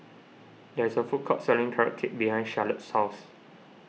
there is a food court selling Carrot Cake behind Charlottie's house